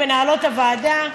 מנהלות הוועדה,